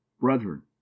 brethren